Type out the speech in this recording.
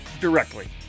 directly